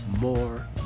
more